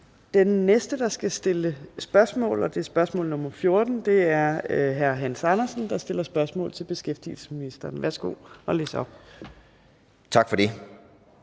Den næste, der skal stille spørgsmål – og det er spørgsmål nr. 14 – er hr. Hans Andersen, der stiller spørgsmål til beskæftigelsesministeren. Kl. 14:44 Spm. nr.